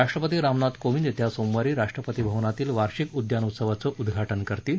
राष्ट्रपती रामनाथ कोविद येत्या सोमवारी राष्ट्रपती भवनातील वार्षिक उद्यानोत्सवाचं उद्वाटन करणार आहेत